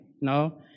No